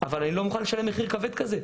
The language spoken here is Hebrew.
אבל אני לא מוכן לשלם מחיר כבד כזה.